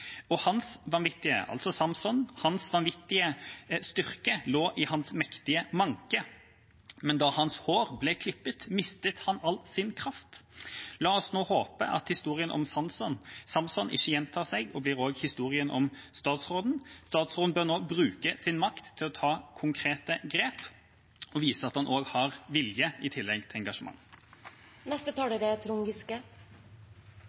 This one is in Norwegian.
vanvittige styrke lå i hans mektige manke, men da hans hår ble klippet, mistet han all sin kraft. La oss håpe at historien om Samson ikke gjentar seg nå og blir historien om statsråden også. Statsråden bør nå bruke sin makt til å ta konkrete grep og vise at han har vilje i tillegg til